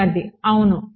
విద్యార్థి అవును